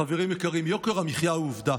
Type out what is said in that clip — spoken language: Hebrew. חברים יקרים, יוקר המחיה הוא עובדה.